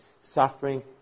suffering